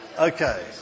Okay